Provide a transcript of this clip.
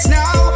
now